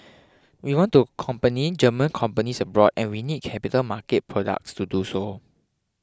we want to company German companies abroad and we need capital market products to do so